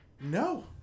No